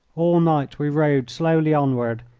all night we rode slowly onward,